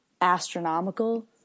astronomical